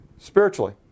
spiritually